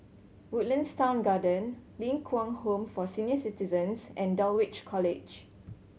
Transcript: Woodlands Town Garden Ling Kwang Home for Senior Citizens and Dulwich College